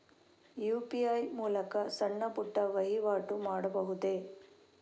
UPI ಮೂಲಕ ಸಣ್ಣ ಪುಟ್ಟ ವಹಿವಾಟು ಮಾಡಬಹುದೇ?